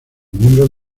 miembros